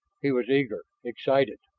he was eager, excited.